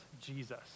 Jesus